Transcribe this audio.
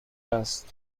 است